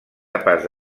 capaç